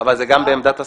אבל זה בהתאם לעמדת השר?